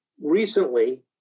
recently